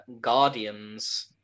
Guardians